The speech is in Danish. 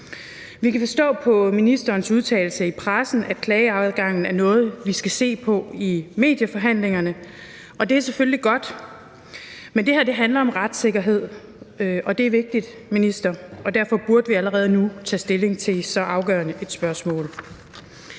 Vi kan forstå på ministerens udtalelse i pressen, at klageadgangen er noget, vi skal se på i medieforhandlingerne, og det er selvfølgelig godt. Men det her handler om retssikkerhed, og det er vigtigt, minister. Derfor burde vi allerede nu tage stilling til så afgørende et spørgsmål.